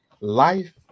Life